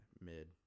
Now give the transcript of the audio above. mid